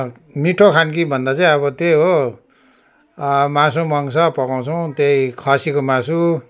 मिठो खान्की भन्दा चाहिँ आबो त्यही हो मासु मांस पकाउँछौँ त्यही खसीको मासु